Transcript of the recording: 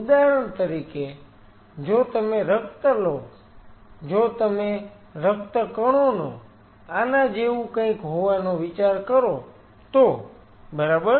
ઉદાહરણ તરીકે જો તમે રક્ત લો જો તમે રક્તકણોનો આના જેવું કંઈક હોવાનો વિચાર કરો તો બરાબર